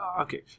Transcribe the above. Okay